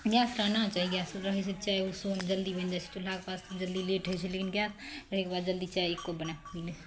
gas रहना चाही gas रहै छै तऽ चाय ओए सुबहमे जल्दी बनि जाइ छै चूल्हाके पास जल्दी लेट होइ छै लेकिन गैस रहैके बाद जल्दी चाय एक कप बना कऽ पी ली